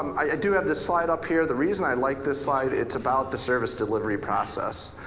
i do have this slide up here. the reason i like this slide, it's about the service delivery process.